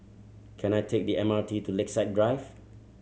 can I take the M R T to Lakeside Drive